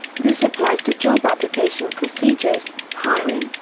this applies to job application procedures, hiring,